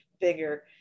bigger